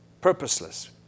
purposeless